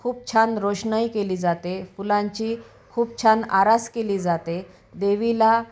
खूप छान रोषणाई केली जाते फुलांची खूप छान आरास केली जाते देवीला